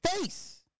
face